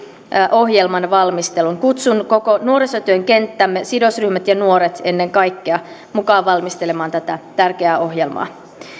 ohjelman valmistelun kutsun koko nuorisotyön kenttämme sidosryhmät ja nuoret ennen kaikkea mukaan valmistelemaan tätä tärkeää ohjelmaa